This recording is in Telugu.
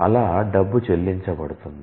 అలా డబ్బు చెల్లించబడుతోంది